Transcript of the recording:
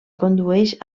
condueix